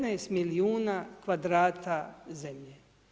15 milijuna kvadrata zemlje.